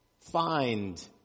find